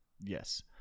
Yes